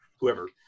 whoever